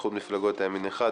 איחוד מפלגות הימין אחד,